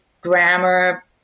grammar